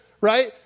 right